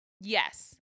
Yes